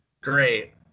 Great